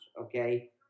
okay